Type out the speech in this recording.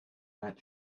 that